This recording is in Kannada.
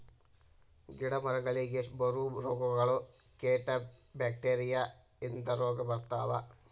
ಗಿಡಾ ಮರಗಳಿಗೆ ಬರು ರೋಗಗಳು, ಕೇಟಾ ಬ್ಯಾಕ್ಟೇರಿಯಾ ಇಂದ ರೋಗಾ ಬರ್ತಾವ